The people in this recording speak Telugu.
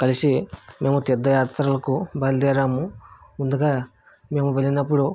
కలిసి మేము తీర్థయాత్రలకు బయలుదేరాము ముందుగా మేము వెళ్ళినప్పుడు